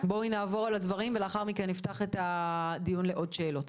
בואי נעבור על הדברים ולאחר מכן נפתח את הדיון לעוד שאלות.